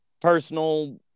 personal